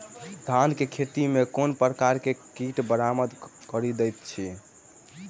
धान केँ खेती मे केँ प्रकार केँ कीट बरबाद कड़ी दैत अछि?